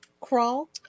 Crawl